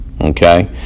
okay